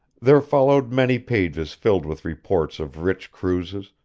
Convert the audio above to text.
there followed many pages filled with reports of rich cruises,